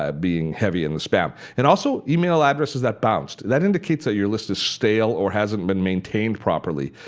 ah being heavy in the spam. and also email addresses that bounced, that indicates that your list is stale or hasn't been maintained properly.